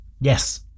Yes